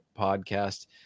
podcast